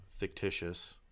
fictitious